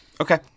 Okay